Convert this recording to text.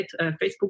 Facebook